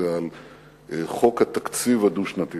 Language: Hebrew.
זה חוק התקציב הדו-שנתי,